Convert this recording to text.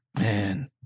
Man